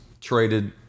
traded